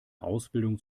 ausbildung